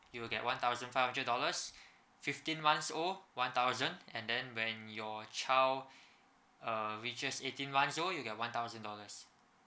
you'll get one thousand five hundred dollars fifteen months old one thousand and then when your child uh reaches eighteen month old you get one thousand dollars